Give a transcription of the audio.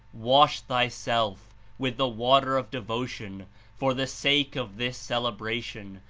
wash thyself with the water of devotion for the sake of this celebration,